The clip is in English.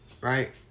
Right